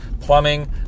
plumbing